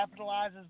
capitalizes